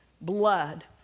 blood